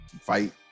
fight